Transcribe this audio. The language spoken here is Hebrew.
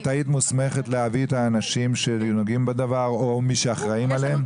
את היית מוסמכת להביא את האנשים שנוגעים בדבר או מי שאחראים עליהם?